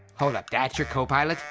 hold up, that's your co-pilot?